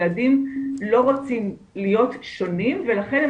ילדים לא רוצים להיות שונים ולכן הם